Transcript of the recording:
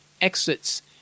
exits